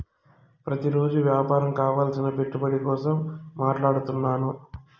ప్రతిరోజు వ్యాపారం కావలసిన పెట్టుబడి కోసం మాట్లాడుతున్నాను